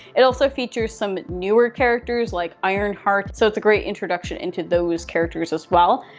it also features some newer characters like iron heart, so it's a great introduction and to those characters as well.